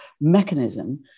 mechanism